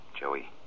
Joey